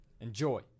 Enjoy